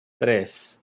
tres